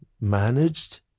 managed